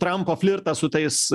trampo flirtas su tais